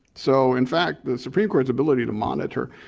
so in fact the supreme court's ability to monitor,